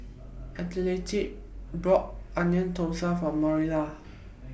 Aletha bought Onion Thosai For Marilla